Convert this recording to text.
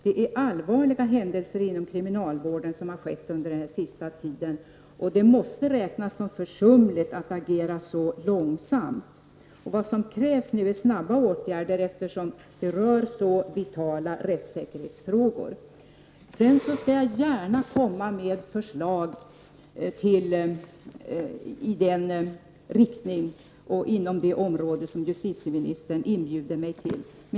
De händelser som har inträffat inom kriminalvården under den senaste tiden är allvarliga. Det måste räknas som försumligt att agera så långsamt som man gjort. Vad som nu krävs är snara åtgärder, eftersom detta rör så vitala rättssäkerhetsfrågor. Jag skall gärna komma med förslag i den riktning och inom det område som justitieministern inbjuder mig till.